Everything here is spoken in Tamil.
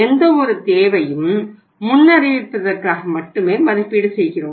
எந்தவொரு தேவையும் முன்னறிவிப்பதற்காக மட்டுமே மதிப்பீடு செய்கிறோம்